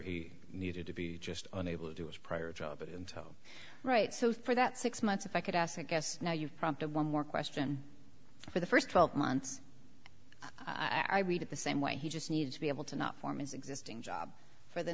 he needed to be just unable to do his prior job in tow right so for that six months if i could ask i guess now you've prompted one more question for the first twelve months i read it the same way he just needs to be able to not form an existing job for the